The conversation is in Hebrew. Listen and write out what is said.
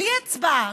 בלי הצבעה,